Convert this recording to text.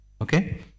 Okay